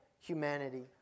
humanity